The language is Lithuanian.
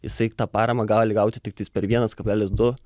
jisai tą paramą gali gauti tiktais per vienas kablelis du